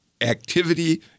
Activity